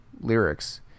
lyrics